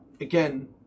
Again